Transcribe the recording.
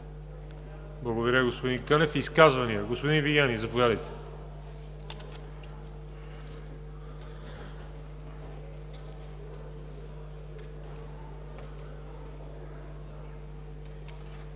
Благодаря, господин Кънев. Изказвания? Господин Вигенин, заповядайте.